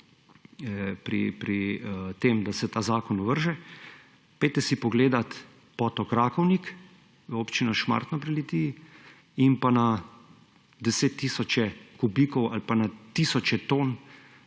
pri tem, da se ta zakon ovrže, poglejte si potok Rakovnik v občino Šmartno pri Litiji in na desettisoče kubikov ali pa na tisoče tone